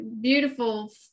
beautiful